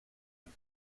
and